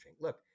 Look